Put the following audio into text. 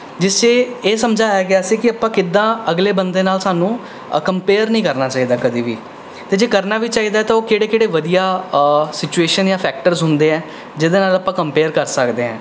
ਜਿਸ 'ਚ ਇਹ ਸਮਝਾਇਆ ਗਿਆ ਸੀ ਕਿ ਆਪਾਂ ਕਿੱਦਾਂ ਅਗਲੇ ਬੰਦੇ ਨਾਲ਼ ਸਾਨੂੰ ਕੰਮਪੇਅਰ ਨਹੀਂ ਕਰਨਾ ਚਾਹੀਦਾ ਕਦੀ ਵੀ ਅਤੇ ਜੇ ਕਰਨਾ ਵੀ ਚਾਹੀਦਾ ਤਾਂ ਉਹ ਕਿਹੜੇ ਕਿਹੜੇ ਵਧੀਆ ਸਿਚੁਏਸ਼ਨ ਜਾਂ ਫੈਕਟਰਸ ਹੁੰਦੇ ਹੈ ਜਿਹਦੇ ਨਾਲ਼ ਆਪਾਂ ਕੰਮਪੇਅਰ ਕਰ ਸਕਦੇ ਹਾਂ